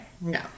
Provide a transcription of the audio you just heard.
No